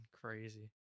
crazy